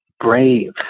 brave